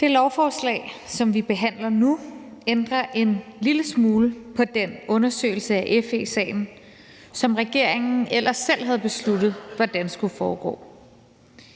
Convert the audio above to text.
Det lovforslag, som vi behandler nu, ændrer en lille smule på den undersøgelse af FE-sagen, som regeringen ellers selv havde besluttet hvordan skulle foregå.